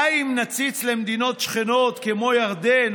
די אם נציץ למדינות שכנות כמו ירדן,